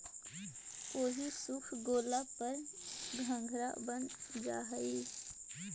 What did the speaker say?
ओहि सूख गेला पर घंघरा बन जा हई